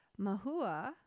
mahua